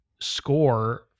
score